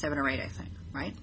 seven or eight i think right